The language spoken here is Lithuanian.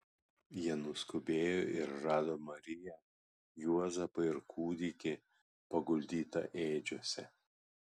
jie nuskubėjo ir rado mariją juozapą ir kūdikį paguldytą ėdžiose